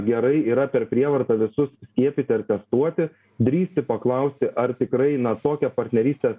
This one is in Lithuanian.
gerai yra per prievartą visus skiepyti ar testuoti drįsti paklausti ar tikrai na tokią partnerystės